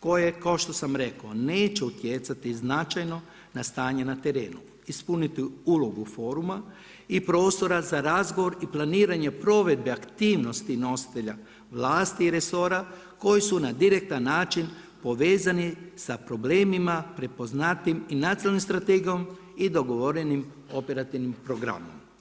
koje kao što sam rekao neće utjecati značajno na stanje na terenu ispuniti ulogu foruma i prostora za razgovor i planiranje provedbe aktivnosti nositelja vlasti i resora koji su na direktan način povezani sa problemima prepoznatim i nacionalnom strategijom i dogovorenim operativnim programom.